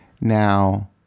Now